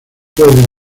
puede